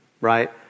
right